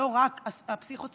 לא רק הפסיכו-סוציאלי,